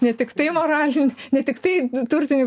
ne tiktai moralinį ne tiktai turtinių